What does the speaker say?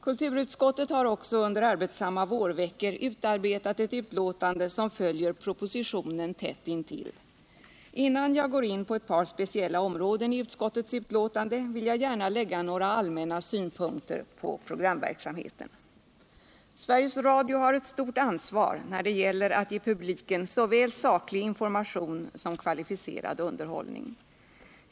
Kulturutskottet har också under arbetsamma vårveckor utarbetat ett betänkande som följer tätt intill propositionen. Innan jag går in på ett par speciella områden i utskottets betänkande vill jag gärna anlägga några allmänna synpunkter på programverksamheten. Sveriges Radio har ett stort ansvar när det gäller att ge publiken såväl saklig information som kvalificerad underhållning.